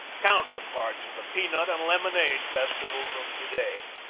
counterparts of the pea-nut and lemonade festivals of to-day,